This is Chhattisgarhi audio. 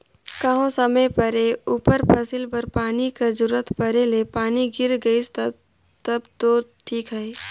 कहों समे परे उपर फसिल बर पानी कर जरूरत परे ले पानी गिर गइस तब दो ठीक अहे